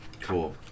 Cool